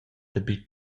dapi